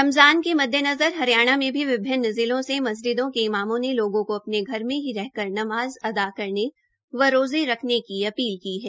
रमज़ान के मद्देनज़र हरियाणा प्रदेश में भी विभिन्न जिलों से मस्जिदों के इमामों ने लोगों को अपने घर में ही रहकार नामज़ अदा करने व रोज़े रखने की अपील की है